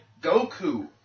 Goku